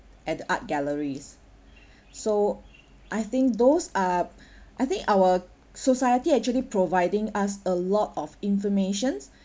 at the art galleries so I think those are I think our society actually providing us a lot of information